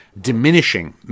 diminishing